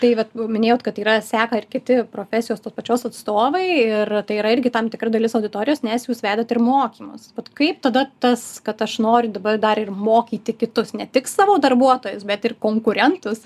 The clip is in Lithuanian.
tai vat jau minėjot kad yra seka ir kiti profesijos tos pačios atstovai ir tai yra irgi tam tikra dalis auditorijos nes jūs vedat ir mokymus bet kaip tada tas kad aš noriu dabar dar ir mokyti kitus ne tik savo darbuotojus bet ir konkurentus